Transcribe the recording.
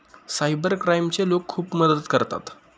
cyber क्राईमचे लोक खूप मदत करतात